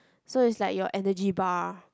so is like your energy bar